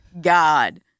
God